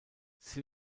sie